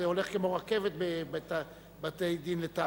זה הולך כמו רכבת בבתי-דין לתעבורה.